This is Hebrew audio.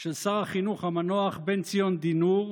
של שר החינוך המנוח בן-ציון דינור,